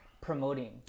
promoting